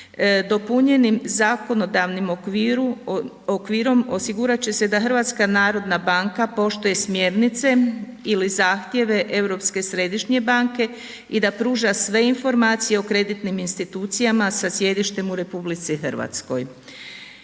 Dopunjenim zakonodavnim okvirom osigurat će se da HNB poštuje smjernice ili zahtjeve Europske središnje banke i da pruža sve informacije o kreditnim institucijama sa sjedištem u RH. I kao